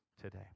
today